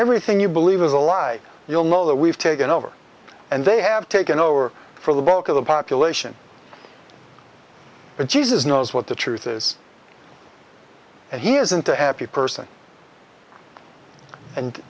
everything you believe is a lie you'll know that we've taken over and they have taken over for the bulk of the population but jesus knows what the truth is and he isn't a happy person and